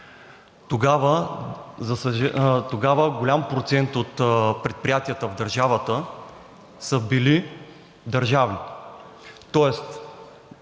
тогава голям процент от предприятията в държавата са били държавни.